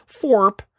forp